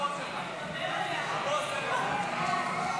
הסתייגות 39 לא נתקבלה.